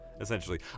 essentially